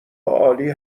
عالی